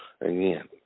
Again